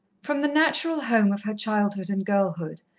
from the natural home of her childhood and girlhood,